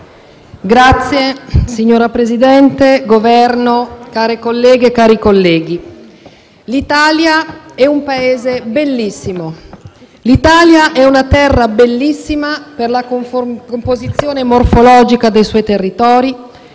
Presidente, rappresentanti del Governo, care colleghe e cari colleghi, l'Italia è un Paese bellissimo, è una terra bellissima per la composizione morfologica dei suoi territori,